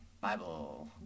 Bible